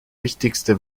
wichtigste